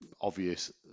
obvious